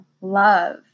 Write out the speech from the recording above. love